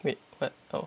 wait what oh